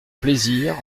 plaisir